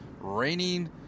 raining